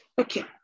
Okay